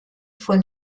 von